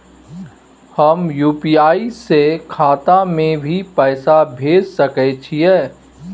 हम यु.पी.आई से खाता में भी पैसा भेज सके छियै?